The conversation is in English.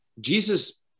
Jesus